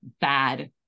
bad